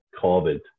COVID